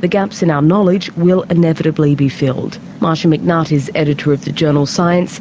the gaps in our um knowledge will inevitably be filled. marcia mcnutt is editor of the journal science